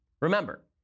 Remember